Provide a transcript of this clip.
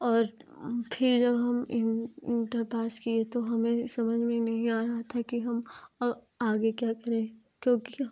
और फिर जब हम इन इंटर पास किए तो हमें समझ में नहीं आ रहा था कि हम आगे क्या करें क्योंकि